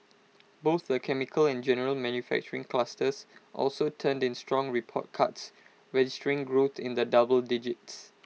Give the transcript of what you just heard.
both the chemicals and general manufacturing clusters also turned in strong report cards registering growth in the double digits